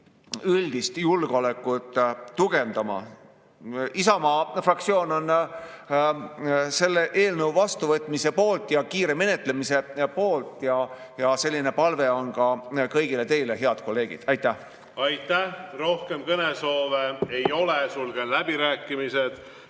üldist julgeolekut tugevdama. Isamaa fraktsioon on selle eelnõu vastuvõtmise ja kiire menetlemise poolt. Selline palve on ka kõigile teile, head kolleegid. Aitäh! Aitäh! Rohkem kõnesoove ei ole. Sulgen läbirääkimised.